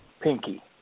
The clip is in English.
Pinky